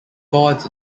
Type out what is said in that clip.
boards